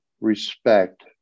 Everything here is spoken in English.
respect